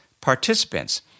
participants